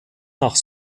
nach